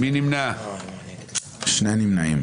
2 נמנעים.